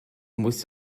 musst